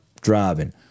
Driving